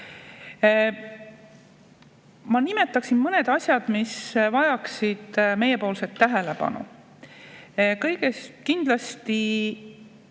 Ma nimetaksin mõned asjad, mis vajaksid meiepoolset tähelepanu. [Esimene